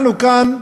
אנחנו כאן,